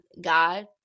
God